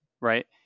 Right